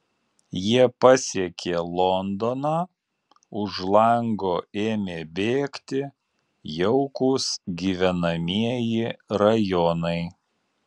jie pasiekė londoną už lango ėmė bėgti jaukūs gyvenamieji rajonai